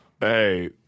Hey